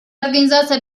организацией